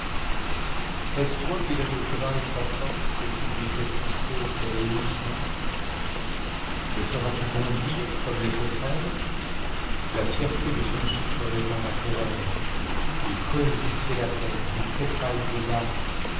toi qui donnes au cheval sa force et qui lui fais pousser ses hennissements le feras-tu bondir comme les sauterelles la tierté de son souffle répand la terreur il creuse du pied la terre il tressaille d'audace